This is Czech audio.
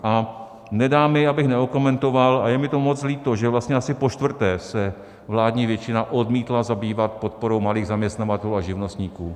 A nedá mi, abych neokomentoval, a je mi to moc líto, že vlastně asi počtvrté se vládní většina odmítla zabývat podporou malých zaměstnavatelů a živnostníků.